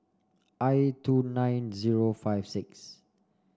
i two nine zero five six